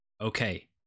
okay